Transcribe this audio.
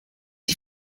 die